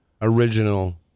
Original